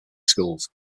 schools